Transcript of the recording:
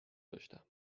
داشتم